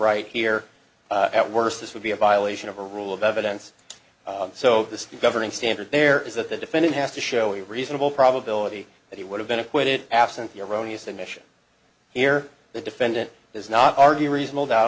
right here at worst this would be a violation of a rule of evidence so the governing standard there is that the defendant has to show a reasonable probability that he would have been acquitted absent the erroneous admission here the defendant does not argue reasonable doubt